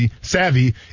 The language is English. savvy